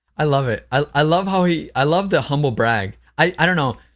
i love it, i love how he i love the humble-brag. i don't know,